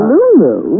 Lulu